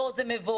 לא, זה מבורך.